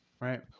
right